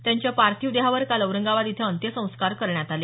त्यांच्या पार्थिव देहावर काल औरंगाबाद इथं अंत्यसंस्कार करण्यात आले